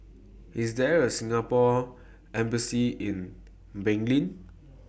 IS There A Singapore Embassy in Benin